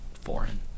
foreign